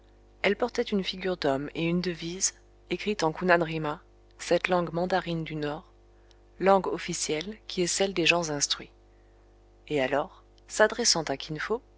elle portait une figure d'homme et une devise écrite en kunanrima cette langue mandarine du nord langue officielle qui est celle des gens instruits et alors s'adressant à